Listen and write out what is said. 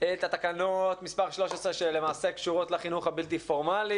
את תקנות מספר 13 שלמעשה קשורות לחינוך הבלתי פורמלי